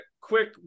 quick